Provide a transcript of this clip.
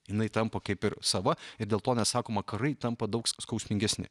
jinai tampa kaip ir sava ir dėl to net sakoma karai tampa daug skausmingesni